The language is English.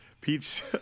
Peach